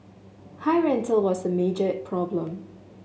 high rental was a major problem